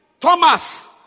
Thomas